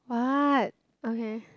what okay